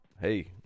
hey